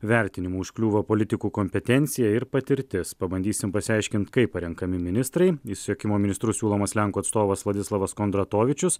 vertinimų užkliūva politikų kompetencija ir patirtis pabandysim pasiaiškint kaip parenkami ministrai į susisiekimo ministrus siūlomas lenkų atstovas vladislavas kondratovičius